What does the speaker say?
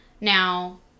Now